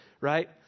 right